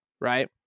right